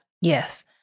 Yes